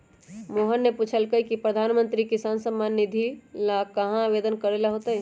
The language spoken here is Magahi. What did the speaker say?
मोहन ने पूछल कई की प्रधानमंत्री किसान सम्मान निधि ला कहाँ आवेदन करे ला होतय?